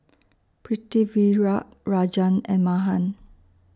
Pritiviraj Rajan and Mahan